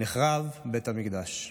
נחרב בית המקדש.